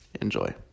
Enjoy